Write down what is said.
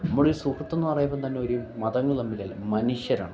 നമ്മളെ സുഹൃത്തെന്ന് പറയുമ്പോൾ തന്നെ ഒരു മതങ്ങൾ തമ്മിൽ അല്ല മനുഷ്യരാണ്